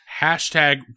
hashtag